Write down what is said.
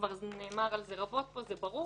כבר נאמר על זה רבות פה, זה ברור.